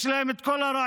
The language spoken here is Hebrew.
יש להם את כל הרעיונות